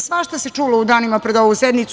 Svašta se čulo u danima pred ovu sednicu.